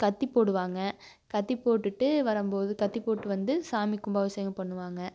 கத்தி போடுவாங்க கத்தி போட்டுவிட்டு வரம்போது கத்தி போட்டு வந்து சாமி கும்பாபிஷேகம் பண்ணுவாங்க